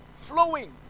flowing